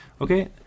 Okay